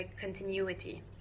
continuity